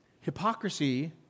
Hypocrisy